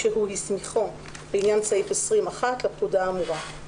שהוא הסמיכו לעניין סעיף 20(1) לפקודה האמורה,